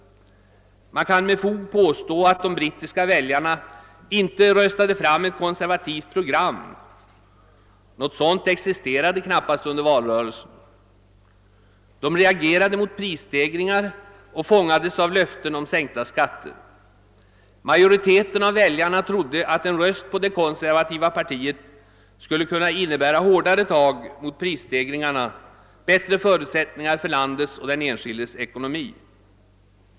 Man kan med fog påstå att de brittiska väljarna inte röstade fram ett konservativt program. Något sådant existerade knappast under valrörelsen. De reagerade mot prisstegringar och fångades av löften om sänkta skatter. Majoriteten av väljarna trodde att en röst på det konservativa partiet skulle kunna innebära hårdare tag mot prisstegringarna, bättre förutsättningar för landets och den enskildes ekonomi.